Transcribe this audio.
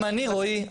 אם אני רועי,